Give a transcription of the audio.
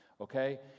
okay